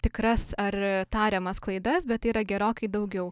tikras ar tariamas klaidas bet tai yra gerokai daugiau